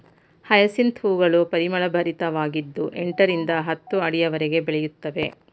hyacinth ಹೂಗಳು ಪರಿಮಳಭರಿತವಾಗಿದ್ದು ಎಂಟರಿಂದ ಹತ್ತು ಅಡಿಯವರೆಗೆ ಬೆಳೆಯುತ್ತವೆ